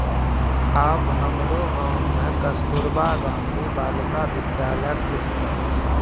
आब हमरो गाम मे कस्तूरबा गांधी बालिका विद्यालय खुजतै